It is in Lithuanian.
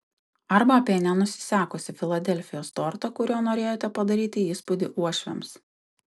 arba apie nenusisekusį filadelfijos tortą kuriuo norėjote padaryti įspūdį uošviams